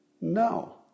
No